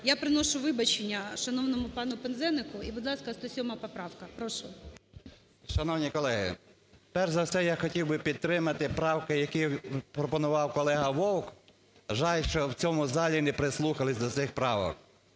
Я приношу вибачення шановному пану Пинзенику. І, будь ласка, 107 поправка. Прошу. 13:33:47 ПИНЗЕНИК В.М. Шановні колеги, перш за все, я хотів би підтримати правки, які пропонував колега Вовк, жаль, що в цьому залі не прислухалися до цих правок.